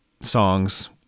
songs